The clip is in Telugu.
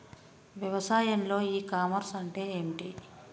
వ్యవసాయంలో ఇ కామర్స్ అంటే ఏమిటి?